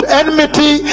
enmity